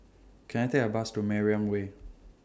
Can I Take A Bus to Mariam Way